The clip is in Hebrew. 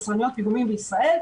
יצרניות פיגומים בישראל,